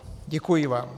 Děkuji vám.